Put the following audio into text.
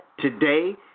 today